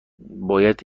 باید